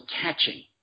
catching